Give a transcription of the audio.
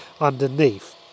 underneath